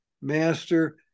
Master